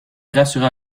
rassura